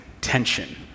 tension